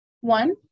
One